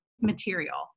material